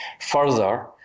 Further